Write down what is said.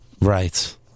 Right